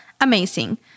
amazing